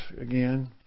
again